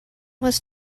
was